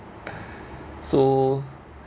so